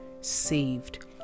saved